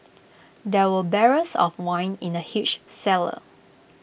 there were barrels of wine in the huge cellar